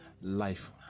life